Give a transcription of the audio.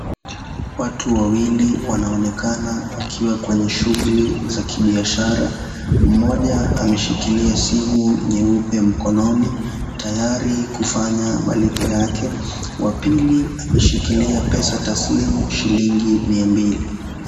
Watu wawili wanaonekana wakiwa kwenye shughuli za kibiashara, mmoja ameshikilia simu nyeupe mkononi tayari kufanya malipo yake wa pili ameshikilia pesa taslimu shilingi mia mbili.